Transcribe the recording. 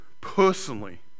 personally